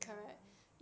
ya